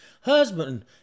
husband